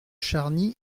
charny